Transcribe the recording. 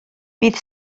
bydd